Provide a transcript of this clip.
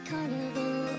Carnival